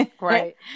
Right